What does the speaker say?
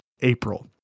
April